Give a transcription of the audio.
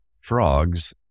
frogs